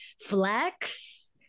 flex